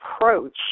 approach